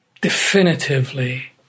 definitively